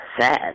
sad